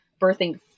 birthing